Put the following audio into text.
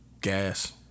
Gas